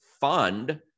fund